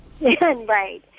Right